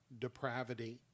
depravity